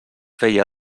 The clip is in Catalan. feia